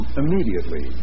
immediately